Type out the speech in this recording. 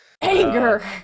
Anger